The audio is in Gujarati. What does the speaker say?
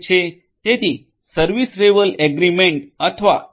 તેથી સર્વિસ લેવલ એગ્રીમેન્ટ અથવા એસ